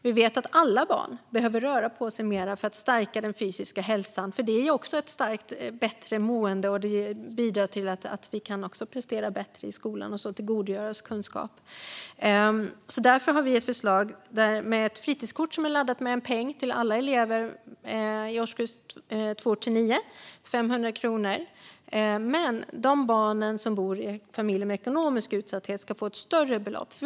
Vi vet att alla barn behöver röra på sig mer för att stärka den fysiska hälsan. Det ger ett bättre mående och bidrar till att de kan prestera bättre i skolan och tillgodogöra sig kunskap. Fritidskortet som vi föreslår är laddat med en peng, 500 kronor, till alla elever i årskurs 2 till 9. Men de barn som lever i familjer med ekonomisk utsatthet ska få ett större belopp.